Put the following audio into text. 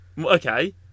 Okay